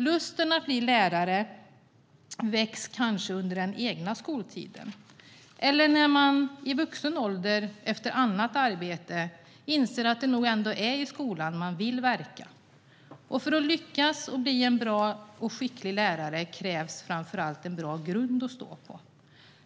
Lusten att bli lärare väcks kanske under den egna skoltiden eller när man i vuxen ålder efter annat arbete inser att det nog ändå är i skolan man vill verka. För att lyckas med att bli en bra och skicklig lärare krävs framför allt en bra grund att stå på.